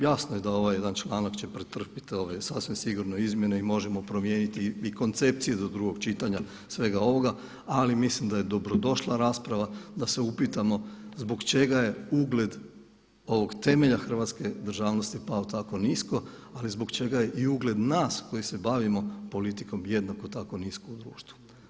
Jasno je da ovaj jedan članak će pretrpjeti sasvim sigurno izmjene i možemo promijeniti i koncepciju do drugog čitanja svega ovoga ali mislim da je dobrodošla rasprava da se upitamo zbog čega je ugled ovog temelja hrvatske državnosti pao tako nisko, ali zbog čega je i ugled nas koji se bavimo politikom jednako tako nisko u društvu.